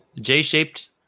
J-shaped